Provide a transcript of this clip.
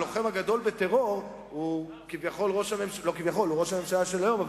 הלוחם הגדול בטרור הוא ראש הממשלה של היום,